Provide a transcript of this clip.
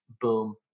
boom